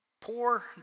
Poor